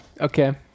Okay